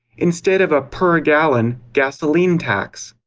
instead of a per-gallon gasoline tax.